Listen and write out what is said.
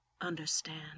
understand